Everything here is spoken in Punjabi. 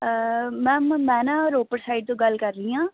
ਮੈਮ ਮੈਂ ਨਾ ਰੋਪੜ ਸਾਈਡ ਤੋਂ ਗੱਲ ਕਰ ਰਹੀ ਹਾਂ